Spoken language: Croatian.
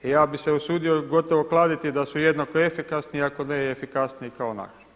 I ja bih se usudio gotovo kladiti da su jednako efikasni ako ne i efikasniji kao naši.